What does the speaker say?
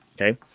Okay